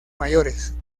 mayores